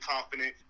confident